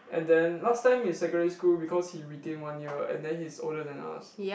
and then last time in secondary school because he retain one year and then he's older than us